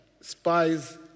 Spies